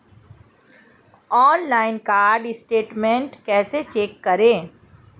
Online card statement कैसे check करें?